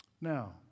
Now